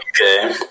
Okay